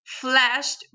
flashed